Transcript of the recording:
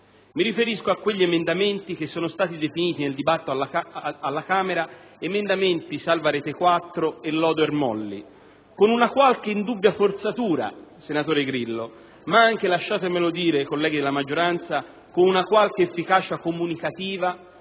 Mi riferisco a quegli emendamenti che sono stati definiti nel dibattito alla Camera emendamenti «salva Retequattro» e «lodo Ermolli», con una qualche indubbia forzatura, senatore Grillo, ma anche - lasciatemelo dire, colleghi della maggioranza - con una qualche efficacia comunicativa